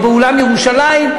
או באולם "ירושלים",